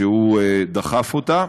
שהוא דחף אותה,